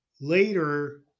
later